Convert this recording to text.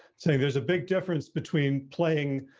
saying there's a big difference between playing,